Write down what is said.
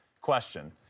Question